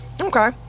Okay